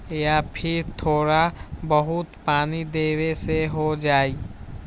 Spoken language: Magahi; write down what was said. या फिर थोड़ा बहुत पानी देबे से हो जाइ?